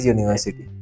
University